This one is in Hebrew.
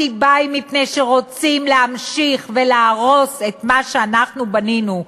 הסיבה היא שרוצים להמשיך ולהרוס את מה שאנחנו בנינו,